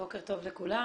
בוקר טוב לכולם.